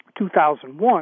2001